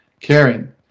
caring